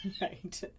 Right